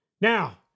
Now